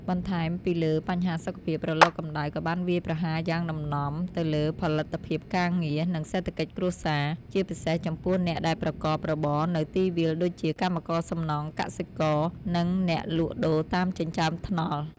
បន្ថែមពីលើបញ្ហាសុខភាព រលកកម្ដៅក៏បានវាយប្រហារយ៉ាងដំណំទៅលើផលិតភាពការងារ និងសេដ្ឋកិច្ចគ្រួសារ ជាពិសេសចំពោះអ្នកដែលប្រកបរបរនៅទីវាលដូចជា កម្មករសំណង់ កសិករ និងអ្នកលក់ដូរតាមចិញ្ចើមថ្នល់។